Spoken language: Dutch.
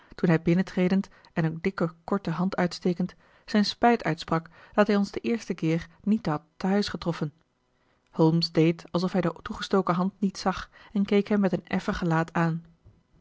toen hij binnentredend en een dikke korte hand uitstekend zijn spijt uitsprak dat hij ons den eersten keer niet had te huis getroffen holmes deed alsof hij de toegestoken hand niet zag en keek hem met een effen gelaat aan